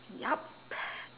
yup